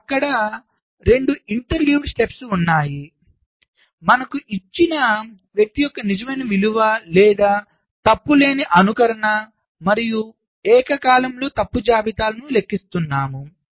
అక్కడ 2 ఇంటర్లీవ్డ్ దశలు ఉన్నాయి మనకు ఇచ్చిన వ్యక్తి యొక్క నిజమైన విలువ లేదా తప్పు లేని అనుకరణ మరియు ఏకకాలంలో తప్పు జాబితాలను లెక్కిస్తున్నాము